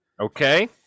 Okay